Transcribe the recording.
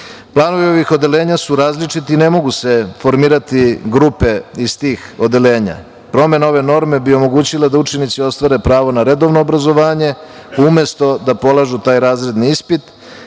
Planovi ovih odeljenja su različiti i ne mogu se formirati grupe iz tih odeljenja. Promena ove norme bi omogućila da učenici ostvare pravo na redovno obrazovanje umesto da polažu taj razredni ispit